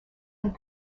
and